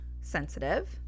sensitive